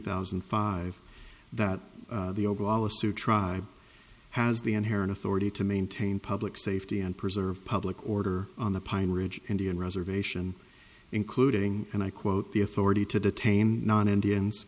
thousand and five that the overall astute tribe has the inherent authority to maintain public safety and preserve public order on the pine ridge indian reservation including and i quote the authority to detain non indians